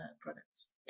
products